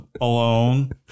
alone